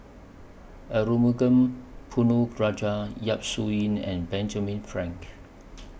Arumugam Ponnu Rajah Yap Su Yin and Benjamin Frank